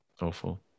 awful